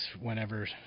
whenever